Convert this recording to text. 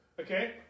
Okay